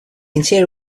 interior